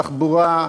בתחבורה,